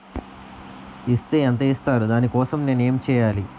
Is తే ఎంత ఇస్తారు దాని కోసం నేను ఎంచ్యేయాలి?